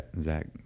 Zach